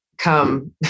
come